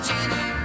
Jenny